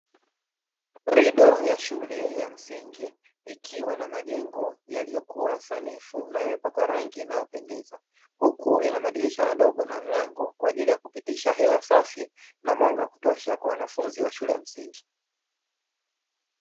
Korido ya shule ya msingi ikiwa na majengo yaliyokuwa sanifu na yamepakwa rangi inayopendeza. Huku yana madirisha madogo na mlango kwa ajili ya kupitisha hewa safi na mwanga wa kutosha kwa wanafunzi wa shule ya msingi.